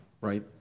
right